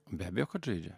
be abejo kad žaidžia